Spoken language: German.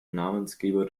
namensgeber